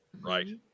Right